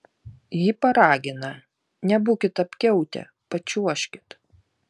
ji paragina nebūkit apkiautę pačiuožkit